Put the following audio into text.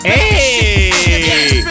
Hey